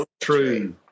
True